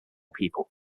people